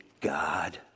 God